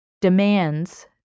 demands